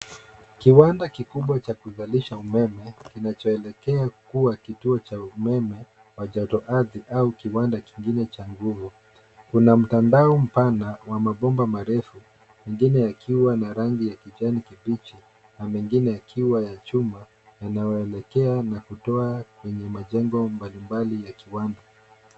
Kiwanda kikubwa cha kuzalisha umeme kinachoelekea kuwa kituo cha umeme wa jotoardhi au kiwanda kingine cha nguvu. Kuna mtandao mpana wa mabomba marefu mengine yakiwa na rangi ya kijani kibichi na mengine yakiwa ya chuma yanayoelekea na kutoa kwenye majengo mbalimbali ya kiwanda.